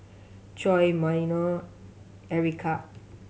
Coy Myah Ericka